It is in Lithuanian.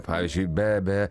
pavyzdžiui be be